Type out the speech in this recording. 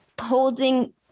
holding